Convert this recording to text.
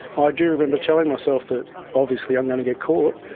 ah do remember telling myself that obviously i'm going to get caught.